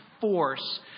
force